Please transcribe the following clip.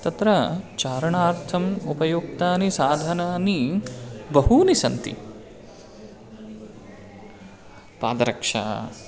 तत्र चारणार्थम् उपयुक्तानि साधनानि बहूनि सन्ति पादरक्षा